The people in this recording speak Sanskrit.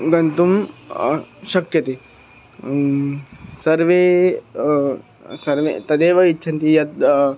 गन्तुं शक्यते सर्वे सर्वे तदेव इच्छन्ति यद्